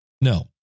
No